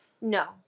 No